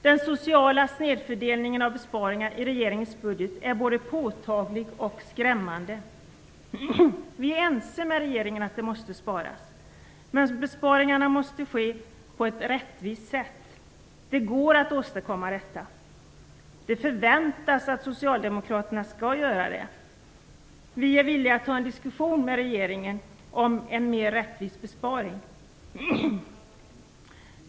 Den sociala snedfördelningen av besparingarna i regeringens budget är både påtaglig och skrämmande. Vi är ense med regeringen om att det måste sparas, men besparingarna måste ske på ett rättvist sätt. Det går att åstadkomma detta. Det förväntas att socialdemokraterna skall göra det, och vi är villiga att ta upp en diskussion med regeringen om mera rättvisa besparingar.